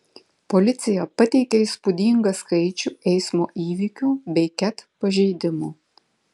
policija pateikė įspūdingą skaičių eismo įvykių bei ket pažeidimų